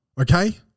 Okay